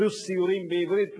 פלוס סיורים בעברית,